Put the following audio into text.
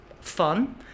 fun